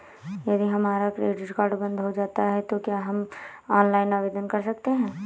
यदि हमारा credit card बंद हो जाता है तो क्या हम ऑनलाइन आवेदन कर सकते हैं?